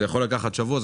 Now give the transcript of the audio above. זה יכול לקחת שבוע,